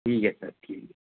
ठीक ऐ सर ठीक ऐ